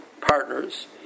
partners